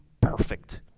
perfect